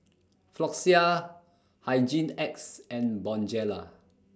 Floxia Hygin X and Bonjela